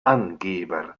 angeber